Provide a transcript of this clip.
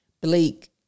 Blake